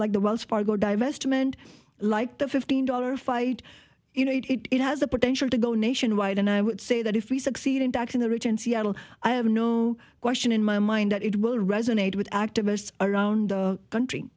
like the wells fargo divestment like the fifteen dollar fight you know it has the potential to go nationwide and i would say that if we succeed in taxing the rich in seattle i have no question in my mind that it will resonate with activists around the country